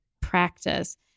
practice